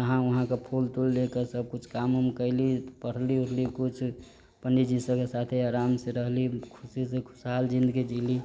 नहा ऊहा कऽ फूल तूल ले कऽ सबकुछ काम ऊम कैली पढ़ली ऊढ़ली कुछ पण्डिजी सबके साथे आराम से रहली खुशी से खुशहाल जिन्दगी जीली